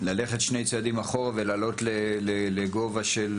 רגע ללכת שני צעדים אחורה ולעלות לגובה של